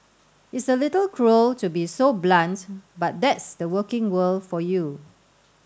it's a little cruel to be so blunt but that's the working world for you